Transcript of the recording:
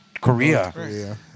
Korea